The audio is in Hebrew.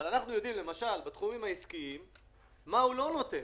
אבל הוא לא אומר מה הוא לא נותן